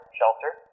shelter